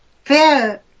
Fair